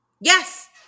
yes